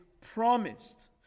promised